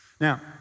Now